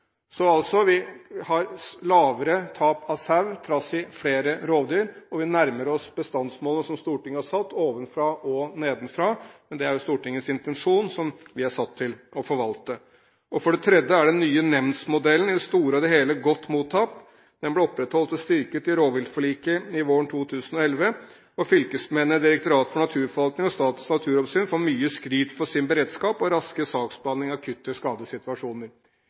Så altså: Vi har mindre tap av sau, trass i flere rovdyr, og vi nærmer oss bestandsmålet som Stortinget har satt, ovenfra og nedenfra. Men det er jo Stortingets intensjon, som vi er satt til å forvalte. For det tredje er den nye nemndmodellen i det store og det hele godt mottatt. Den ble opprettholdt og styrket i rovviltforliket våren 2011. Fylkesmennene, Direktoratet for naturforvaltning og Statens naturoppsyn får mye skryt for sin beredskap og raske saksbehandling av akutte skadesituasjoner.